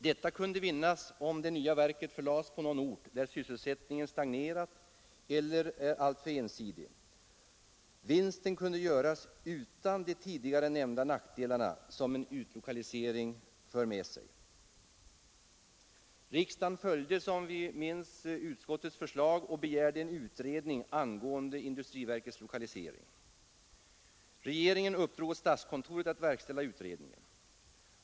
Detta kunde vinnas om det nya verket förlades på någon ort, där sysselsättningen stagnerat eller är alltför ensidig. Vinsten kunde göras utan de tidigare nämnda nackdelar som en utlokalisering för med sig. Riksdagen följde, som vi minns, utskottets förslag och begärde en utredning angående industriverkets lokalisering. Regeringen uppdrog åt statskontoret att verkställa utredningen.